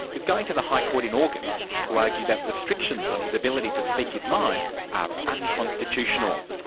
is going to the high court in august to argue that restrictions on his ability to speak his mind are unconstitutional.